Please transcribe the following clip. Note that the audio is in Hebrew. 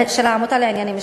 של העמותה לענייני משפחה.